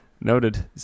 Noted